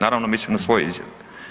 Naravno, mislim na svoje izjave.